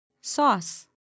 Sauce